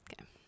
Okay